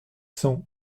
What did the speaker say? cent